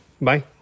Bye